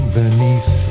beneath